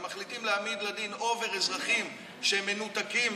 ומחליטים להעמיד לדין באובר אזרחים שהם מנותקים,